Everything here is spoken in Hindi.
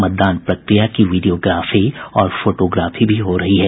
मतदान प्रक्रिया की वीडियोग्राफी और फोटोग्राफी भी हो रही है